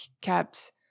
kept